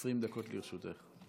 20 דקות לרשותך.